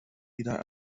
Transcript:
wieder